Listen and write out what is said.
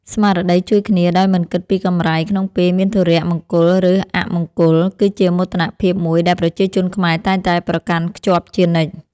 ស្មារតីជួយគ្នាដោយមិនគិតពីកម្រៃក្នុងពេលមានធុរៈមង្គលឬអមង្គល គឺជាមោទនភាពមួយដែលប្រជាជនខ្មែរតែងតែប្រកាន់ខ្ជាប់ជានិច្ច។